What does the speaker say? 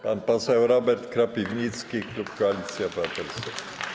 Pan poseł Robert Kropiwnicki, klub Koalicja Obywatelska.